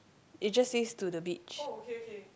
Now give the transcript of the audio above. it just says to the beach